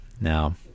Now